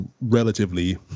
relatively